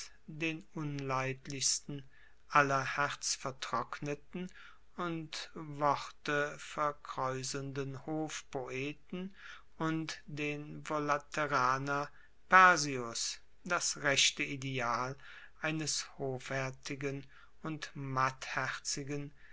den unleidlichsten aller herzvertrockneten und worteverkraeuselnden hofpoeten und den volaterraner persius das rechte ideal eines hoffaertigen und mattherzigen